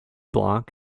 block